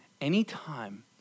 Anytime